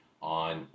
on